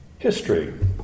History